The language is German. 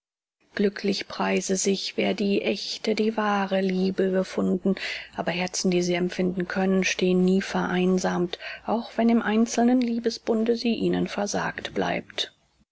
glücklich preise sich wer die ächte die wahre liebe gefunden aber herzen die sie empfinden können stehen nie vereinsamt auch wenn im einzelnen liebesbunde sie ihnen versagt bleibt